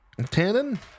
Tannen